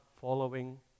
following